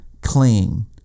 clean